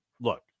look